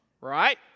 Right